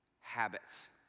habits